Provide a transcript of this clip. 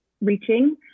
reaching